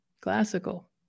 classical